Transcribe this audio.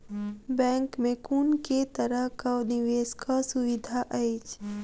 Bank मे कुन केँ तरहक निवेश कऽ सुविधा अछि?